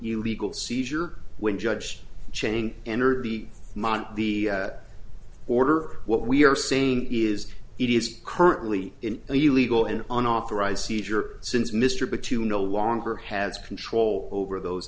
illegal seizure when judge cheney enter the mot the order what we are saying is it is currently in the legal and unauthorized seizure since mr but to no longer has control over those